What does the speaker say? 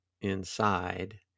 inside